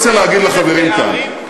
אני רוצה להגיד לחברים כאן,